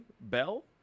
Bell